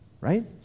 right